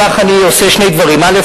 בכך אני עושה שני דברים: א.